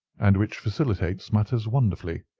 and which facilitates matters wonderfully.